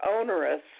onerous